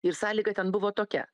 ir sąlyga ten buvo tokia